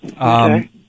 Okay